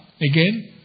again